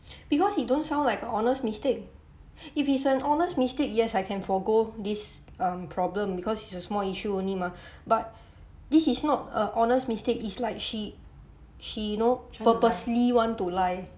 because it don't sound like a honest mistake if it's an honest mistake yes I can forgo this um problem because it's a small issue only mah but this is not a honest mistake it's like she she you know purposely want to lie